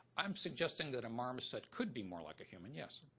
i'm suggesting that a marmoset could be more like a human, yes.